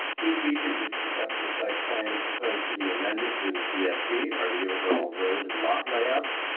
key features of the conceptual site plan proposed to be amended through this dsp are the overall road and lat layout,